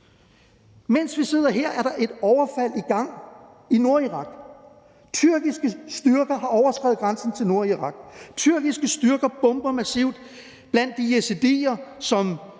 Mens vi sidder her, er der et overfald i gang i Nordirak. Tyrkiske styrker har overskredet grænsen til Nordirak. Tyrkiske styrker bomber massivt blandt de yazidier, som